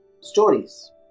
stories